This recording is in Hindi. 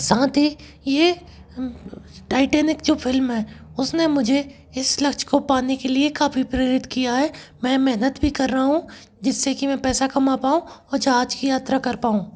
साथ ही ये टाइटेनिक जो फ़िल्म है उसने मुझे इस लक्ष को पाने के लिए काफ़ी प्रेरित किया है मैं मेहनत भी कर रहा हूँ जिससे कि मैं पैसा कमा पाऊँ और जहाज़ की यात्रा कर पाऊँ